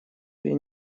при